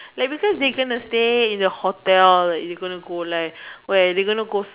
like because they gonna stay in a hotel like they gonna go like where they gonna go